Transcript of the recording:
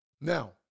Now